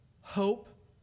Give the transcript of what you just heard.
hope